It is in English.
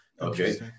okay